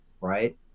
right